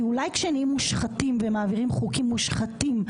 כי אולי כשנהיים מושחתים ומעבירים חוקים מושחתים,